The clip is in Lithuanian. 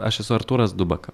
aš esu artūras dubaka